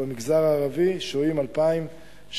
ובמגזר הערבי יש 2,775